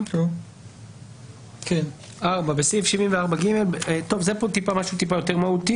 הסעיף הזה יותר מהותי,